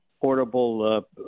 portable